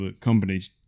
companies